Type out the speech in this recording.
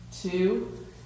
two